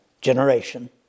generation